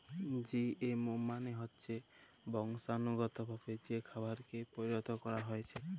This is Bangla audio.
জিএমও মালে হচ্যে বংশালুগতভাবে যে খাবারকে পরিলত ক্যরা হ্যয়েছে